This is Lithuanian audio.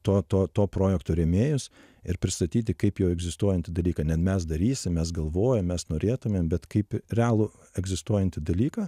to to to projekto rėmėjus ir pristatyti kaip jau egzistuojantį dalyką ne mes darysim mes galvojam mes norėtumėm bet kaip realų egzistuojantį dalyką